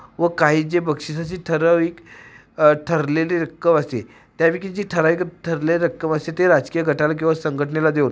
व काही जी बक्षीसाची ठराविक ठरलेली रक्कम असते त्यापैकी जी ठराविक ठरलेली रक्कम असते ती राजकीय गटाला किंवा संघटनेला देऊन